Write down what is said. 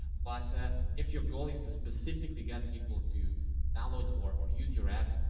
but if your goal is to specifically get people to download or or use your app,